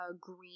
green